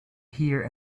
here